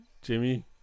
Jimmy